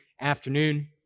afternoon